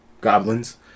goblins